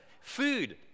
Food